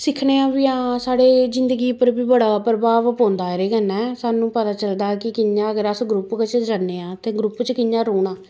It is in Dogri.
सिक्खने बी आं साढ़ी जिन्दगी उप्पर बी बड़ा प्रभाव पौंदा ऐ एह्दे कन्नै सानूं पता चलदा ऐ कि कि'यां अगर अस ग्रुप बिच्च जन्ने आं ते ग्रुप च कि'यां रौह्ना